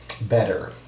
better